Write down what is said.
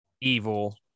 evil